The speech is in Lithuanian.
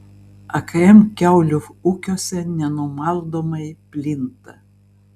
akm kiaulių ūkiuose nenumaldomai plinta